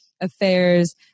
affairs